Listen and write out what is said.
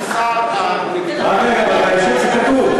בהמשך זה כתוב.